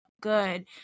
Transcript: good